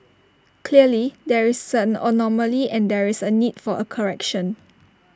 clearly there is an anomaly and there is A need for A correction